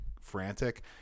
frantic